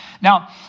Now